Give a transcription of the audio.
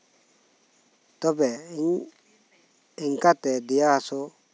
ᱛᱚᱵᱮ ᱤᱧ ᱮᱱᱠᱟ ᱛᱮ ᱫᱮᱭᱟ ᱦᱟᱥᱩ